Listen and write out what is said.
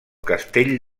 castell